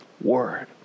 word